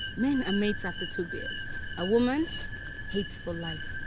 men are mates after two beers a woman hates for life.